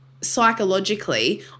psychologically